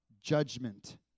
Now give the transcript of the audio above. judgment